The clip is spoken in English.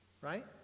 right